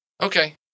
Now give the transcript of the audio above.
Okay